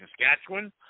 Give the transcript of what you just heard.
Saskatchewan